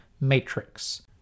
matrix